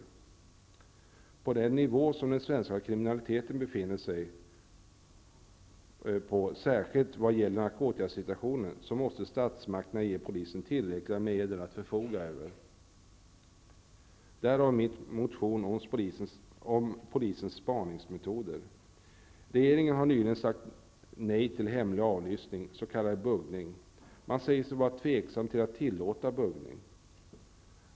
Med tanke på den nivå som den svenska kriminaliteten befinner sig på, särskilt vad gäller narkotikasituationen, måste statsmakterna ge polisen tillräckliga medel att förfoga över. Det här var vad jag ville säga om min motion om polisens spaningsmetoder. Regeringen har nyligen sagt nej till hemlig avlyssning, s.k. buggning. Man säger sig vara tveksam till att tillåta buggning.